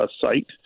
site